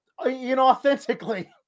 inauthentically